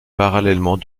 parallèlement